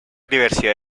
diversidad